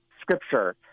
Scripture